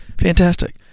fantastic